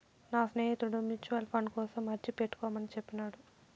నా స్నేహితుడు mutual fund కోసం అర్జీ పెట్టుకోమని చెప్పినాడు